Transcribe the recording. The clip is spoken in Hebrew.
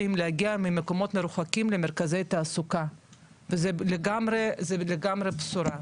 להגיע ממקומות מרוחקים למרכזי תעסוקה וזה לגמרי בשורה.